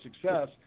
success